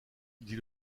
dit